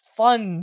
fun